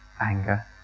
anger